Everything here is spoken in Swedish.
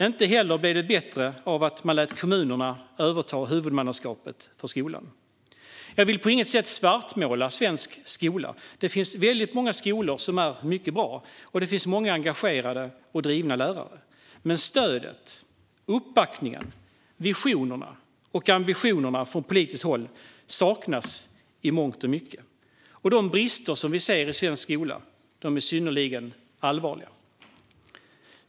Inte heller blev det bättre av att man lät kommunerna överta huvudmannaskapet för skolan. Jag vill på inget sätt svartmåla svensk skola. Det finns väldigt många skolor som är mycket bra, och det finns många engagerade och drivna lärare. Men stödet, uppbackningen, visionerna och ambitionerna från politiskt håll saknas i mångt och mycket, och de brister som vi ser i svensk skola är synnerligen allvarliga.